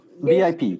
VIP